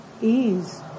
ease